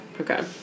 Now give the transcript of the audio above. Okay